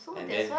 and then